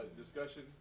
Discussion